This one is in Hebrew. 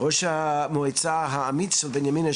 ראש המועצה האמיץ של בנימינה,